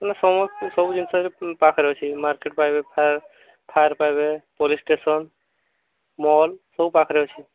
ସବୁ ଜିନିଷ ପାଖରେ ଅଛି ମାର୍କେଟ ପାଇବେ ଫାୟାର୍ ପାଇବେ ପୋଲିସ୍ ଷ୍ଟେସନ୍ ମଲ୍ ସବୁ ପାଖରେ ଅଛି